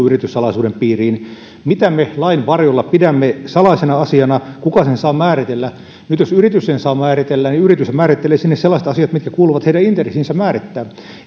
yrityssalaisuuden piiriin mitä me lain varjolla pidämme salaisena asiana kuka sen saa määritellä nyt jos yritys sen saa määritellä niin yrityshän määrittelee sinne sellaiset asiat minkä määrittäminen sinne kuuluu heidän intressiinsä